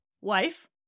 wife